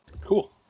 Cool